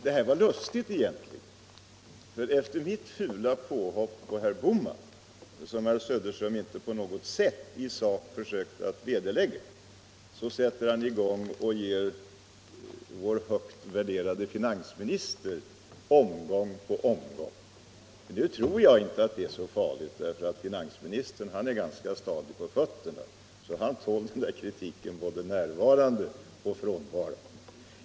Det här var egentligen lustigt, därför att efter mitt ”fula påhopp” på herr Bohman, som herr Söderström inte på något sätt i sak försökte vederlägga, sätter han i gång att ge vår högt värderade finansminister omgång på omgång. Nu tror jag inte att det är så farligt, därför att finansministern är ganska stadig på fötterna och tål den kritiken oavsett han är närvarande eller ej.